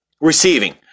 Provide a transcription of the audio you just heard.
receiving